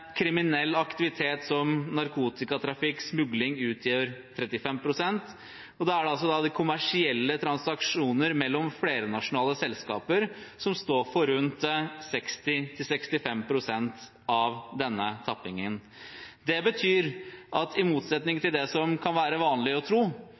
kriminell aktivitet som narkotikatrafikk og smugling utgjør 35 pst., og da står altså kommersielle transaksjoner mellom flernasjonale selskaper for rundt 60–65 pst. av denne tappingen. Det betyr at i motsetning til det som kan være vanlig å tro,